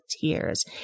tears